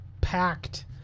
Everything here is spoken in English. packed